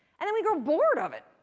and then we grow bored of it!